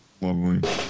lovely